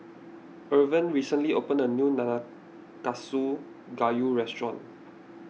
Irven recently opened a new Nanakusa Gayu restaurant